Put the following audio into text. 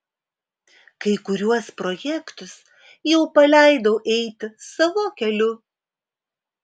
kai kuriuos projektus jau paleidau eiti savo keliu